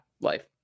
life